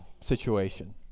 situation